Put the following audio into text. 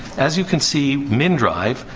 as you can see, mndrive,